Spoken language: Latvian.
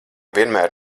vienmēr